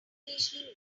conditioning